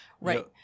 Right